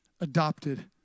adopted